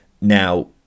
now